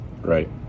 Right